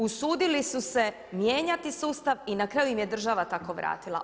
Usudili su se mijenjati sustav i na kraju im je država tako vratila.